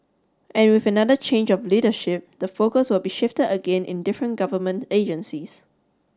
and with another change of leadership the focus will be shifted again in different government agencies